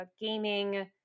gaming